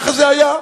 ככה זה היה,